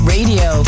Radio